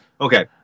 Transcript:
Okay